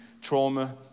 trauma